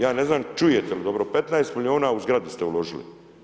Ja ne znam čujete li dobro, 15 milijuna u zgradu ste uložili.